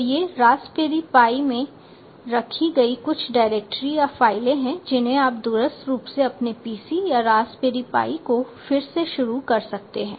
तो ये raspberry pi में रखी गई कुछ डायरेक्टरी या फाइलें हैं जिन्हें आप दूरस्थ रूप से अपने PC या रास्पबेरी पाई को फिर से शुरू कर सकते हैं